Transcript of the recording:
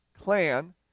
clan